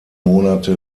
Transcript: monate